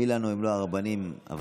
מי לנו אם לא הרבנים הוותיקים.